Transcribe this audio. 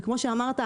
כמו שאמרת,